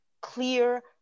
clear